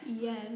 Yes